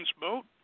boat